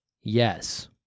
Yes